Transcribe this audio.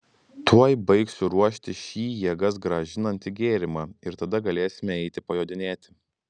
tuoj baigsiu ruošti šį jėgas grąžinantį gėrimą ir tada galėsime eiti pajodinėti